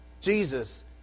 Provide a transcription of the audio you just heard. Jesus